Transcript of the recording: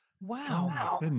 Wow